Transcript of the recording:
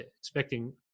expecting